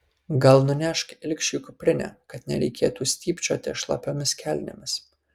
gal nunešk ilgšiui kuprinę kad nereikėtų stypčioti šlapiomis kelnėmis